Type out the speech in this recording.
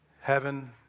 Heaven